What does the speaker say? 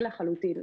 לחלוטין,